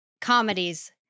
comedies